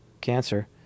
cancer